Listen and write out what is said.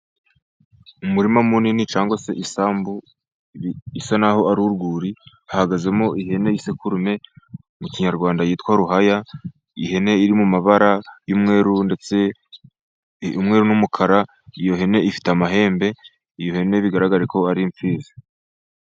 Umurima munini cyangwa se isambu isa naho ari urwuri hahagazemo ihene y'isekurume mu kinyarwanda yitwa ruhaya. Ihene iri mu mabara y'u umweru ndetse umweru n'umukara. Iyo hene ifite amahembe iyo hene bigaragarare ko ari impfizi.